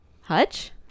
Hutch